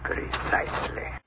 Precisely